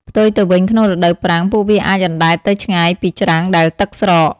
ផ្ទុយទៅវិញ ក្នុងរដូវប្រាំង ពួកវាអាចអណ្ដែតទៅឆ្ងាយពីច្រាំងដែលទឹកស្រក។